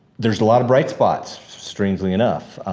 there's a lot of bright spots strangely enough.